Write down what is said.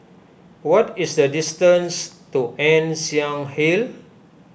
what is the distance to Ann Siang Hill